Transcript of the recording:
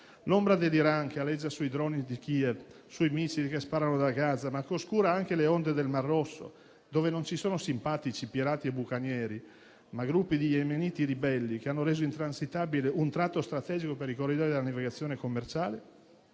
L'ombra dell'Iran aleggia sui droni di Kiev, sui missili che sparano da Gaza, ma oscura anche le onde del Mar Rosso, dove non ci sono simpatici pirati e bucanieri, ma gruppi di yemeniti ribelli che hanno reso intransitabile un tratto strategico per i corridoi della navigazione commerciale.